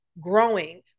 growing